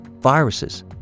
Viruses